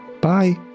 Bye